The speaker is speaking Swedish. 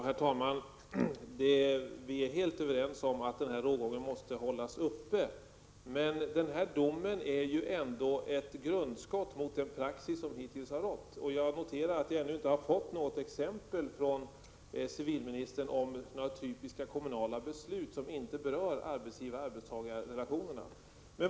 Herr talman! Vi är helt överens om att rågången måste hållas öppen, men denna dom är ändå ett grundskott mot den praxis som hittills har rått. Civilministern har ännu inte gett något exempel på typiska kommunala beslut som inte berör arbetsgivar—arbetstagar-relationerna.